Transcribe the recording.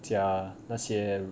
加那些